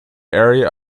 area